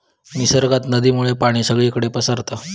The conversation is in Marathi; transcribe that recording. निसर्गात नदीमुळे पाणी सगळीकडे पसारता